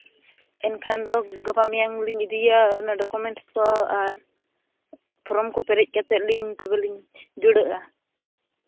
ᱮᱱᱠᱷᱟᱱ ᱫᱚ ᱜᱟᱯᱟᱼᱢᱮᱭᱟᱝ ᱞᱤᱧ ᱤᱫᱤᱭᱟ ᱚᱱᱟ ᱰᱠᱳᱢᱮᱱᱴ ᱠᱚ ᱟᱨ ᱯᱷᱨᱚᱢ ᱠᱚ ᱯᱮᱨᱮᱡ ᱠᱟᱛᱮ ᱞᱤᱧ ᱛᱚᱵᱮᱞᱤᱧ ᱡᱩᱲᱟᱹᱜᱼᱟ